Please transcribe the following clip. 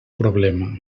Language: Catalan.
problema